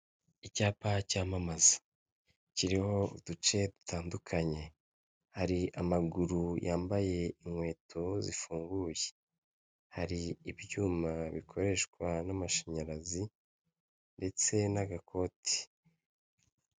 Icyapa cyamamaza. Kiriho uduce dutandukanye. Hari amaguru yambaye inkwoto zifunguye. Hari ibyuma bikoreshwa n'amashanyarazi, ndetse n'agakote.